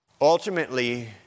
ultimately